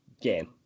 game